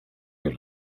will